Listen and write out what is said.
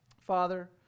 Father